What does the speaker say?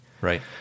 Right